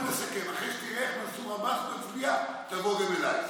בוא נסכם: אחרי שתראה איך מנסור עבאס מצביע תבוא גם אליי.